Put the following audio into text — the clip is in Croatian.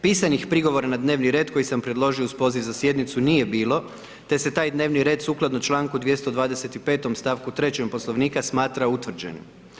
Pisanih prigovora na dnevni red koji sam predložio uz poziv za sjednicu nije bilo te se taj dnevni red sukladno čl. 225. st. 3 Poslovnika smatra utvrđenim.